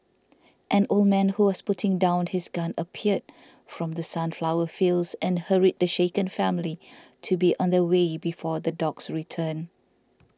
an old man who was putting down his gun appeared from the sunflower fields and hurried the shaken family to be on their way before the dogs return